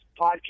podcast